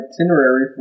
itinerary